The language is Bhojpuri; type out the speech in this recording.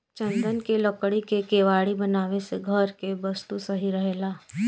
चन्दन के लकड़ी के केवाड़ी बनावे से घर के वस्तु सही रहेला